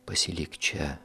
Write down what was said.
pasilik čia